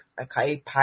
Okay